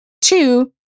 Two